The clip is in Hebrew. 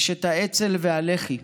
אשת האצ"ל והלח"י